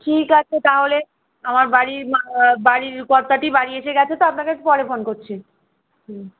ঠিক আছে তাহলে আমার বাড়ির মা বাড়ির কর্তাটি বাড়ি এসে গেছে তো আপনাকে একটু পরে ফোন করছি হুম